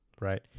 right